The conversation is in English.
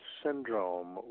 syndrome